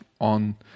on